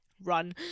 Run